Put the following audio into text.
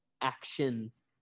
actions